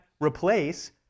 replace